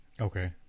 Okay